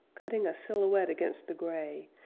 cutting a silhouette against the gray,